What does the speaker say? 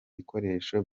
bikoresho